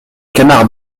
canard